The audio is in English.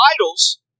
idols